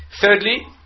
Thirdly